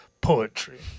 poetry